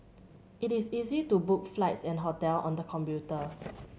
it is easy to book flights and hotel on the computer